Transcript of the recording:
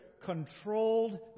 controlled